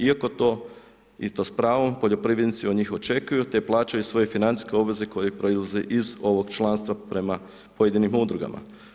Iako to i to s pravom poljoprivrednici od njih očekuju te plaćaju svoje financijske obveze koje proizlaze iz ovog članstva prema pojedinim udrugama.